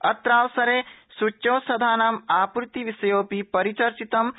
अत्रान्तरे सूच्यौषधानाम् आपूर्ति विषयोपि परिचर्चित गत